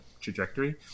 trajectory